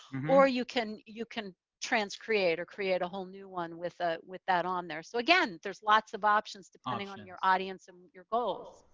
you can you can transcreate or create a whole new one with ah with that on there. so again, there's lots of options depending on your audience and your goals.